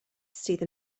sydd